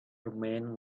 remained